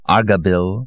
Argabil